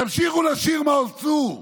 תמשיכו לשיר מעוז צור.